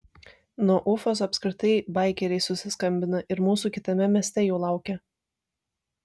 nuo ufos apskritai baikeriai susiskambina ir mūsų kitame mieste jau laukia